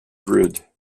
grid